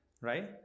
Right